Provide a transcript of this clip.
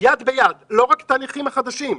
יד ביד, ולא רק לתהליכים חדשים.